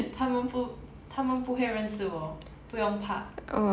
他们不他们不会认识我不用怕